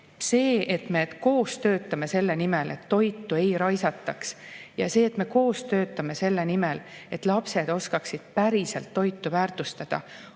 See, et me koos töötame selle nimel, et toitu ei raisataks, ja see, et me koos töötame selle nimel, et lapsed oskaksid päriselt toitu väärtustada,